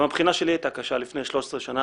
גם הבחינה שלי הייתה קשה לפני 13 שנה,